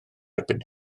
erbyn